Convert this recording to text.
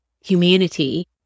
humanity